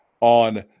on